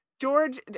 George